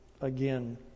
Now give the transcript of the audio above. again